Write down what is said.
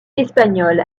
espagnole